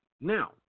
Now